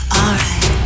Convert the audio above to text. alright